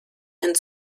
and